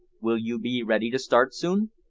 will you be ready to start soon?